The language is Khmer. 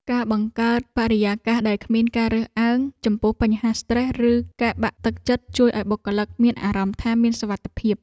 ការបង្កើតបរិយាកាសដែលគ្មានការរើសអើងចំពោះបញ្ហាស្រ្តេស ឬការបាក់ទឹកចិត្តជួយឱ្យបុគ្គលិកមានអារម្មណ៍ថាមានសុវត្ថិភាព។